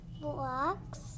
Blocks